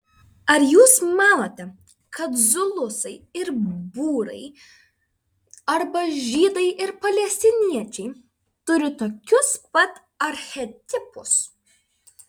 ar jūs manote kad zulusai ir būrai arba žydai ir palestiniečiai turi tokius pat archetipus